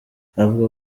avuga